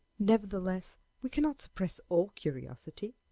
nevertheless we cannot suppress all curiosity,